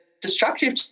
destructive